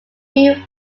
few